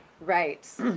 Right